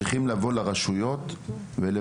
שאנחנו צריכים לפנות אל הרשויות ולבקש